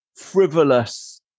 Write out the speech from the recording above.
frivolous